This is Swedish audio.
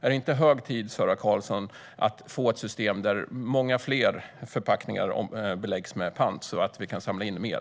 Är det inte hög tid, Sara Karlsson, att vi får ett system där många fler förpackningar beläggs med pant, så att vi kan samla in mer?